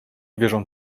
wierzą